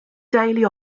daily